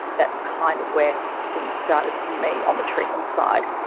that's kind of where things started for me on the treatment side.